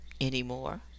anymore